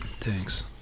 Thanks